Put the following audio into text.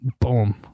boom